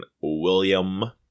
William